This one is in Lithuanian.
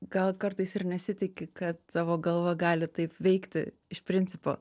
gal kartais ir nesitiki kad tavo galva gali taip veikti iš principo